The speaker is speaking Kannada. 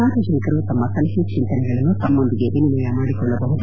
ಸಾರ್ವಜನಿಕರು ತಮ್ನ ಸಲಹೆ ಚಿಂತನೆಗಳನ್ನು ತಮ್ನದೊಂದಿಗೆ ವಿನಿಯಮ ಮಾಡಿಕೊಳ್ಳಬಹುದು